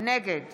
נגד